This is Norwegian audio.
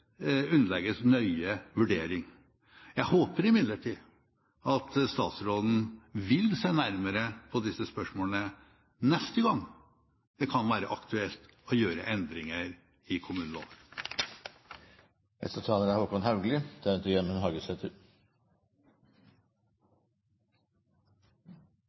underlegges nøye vurdering. Jeg håper imidlertid at statsråden vil se nærmere på disse spørsmålene neste gang det kan være aktuelt å gjøre endringer i